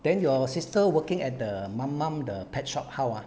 then your sister working at the mum mum the pet shop how ah